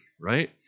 right